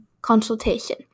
consultation